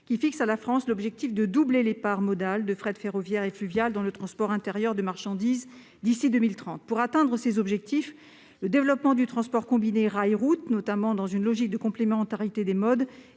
à fixer à la France l'objectif de doubler les parts modales de fret ferroviaire et fluvial dans le transport intérieur de marchandises d'ici à 2030. Pour atteindre de tels objectifs, le développement du transport combiné rail-route, dans une logique de complémentarité des modes,